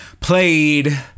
played